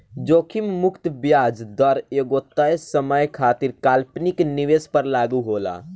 जोखिम मुक्त ब्याज दर एगो तय समय खातिर काल्पनिक निवेश पर लागू होला